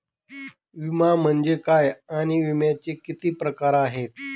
विमा म्हणजे काय आणि विम्याचे किती प्रकार आहेत?